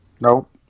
Nope